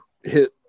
hit